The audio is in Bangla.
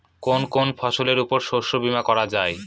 কোন কোন ফসলের উপর শস্য বীমা করা যায়?